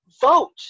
vote